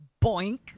boink